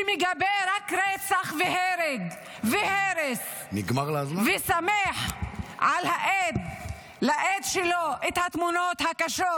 שמגבה רק רצח והרג והרס ושמח לאיד על התמונות הקשות